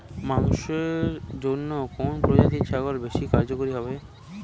মাংসের জন্য কোন প্রজাতির ছাগল বেশি কার্যকরী হবে?